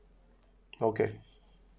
okay